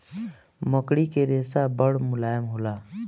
मकड़ी के रेशा बड़ा मुलायम होला